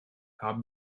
haben